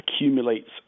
accumulates